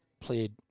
played